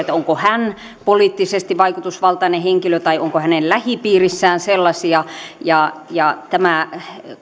onko hän poliittisesti vaikutusvaltainen henkilö tai onko hänen lähipiirissään sellaisia ja ja tämä